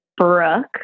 Brooke